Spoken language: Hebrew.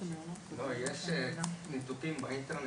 יש ניתוקים באינטרנט.